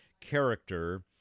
character